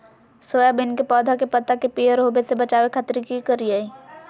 Soybean के पौधा के पत्ता के पियर होबे से बचावे खातिर की करिअई?